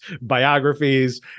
biographies